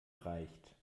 reicht